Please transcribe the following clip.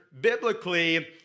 biblically